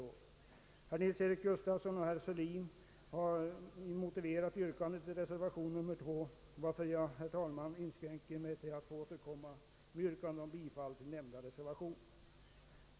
Herr Nils-Eric Gustafsson och herr Sörlin har motiverat yrkandet i reservation II, varför jag, herr talman, inskränker mig till att återkomma med yrkande om bifall till nämnda reservation.